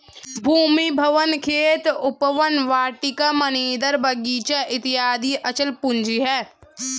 भूमि, भवन, खेत, उपवन, वाटिका, मन्दिर, बगीचा इत्यादि अचल पूंजी है